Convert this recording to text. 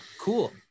cool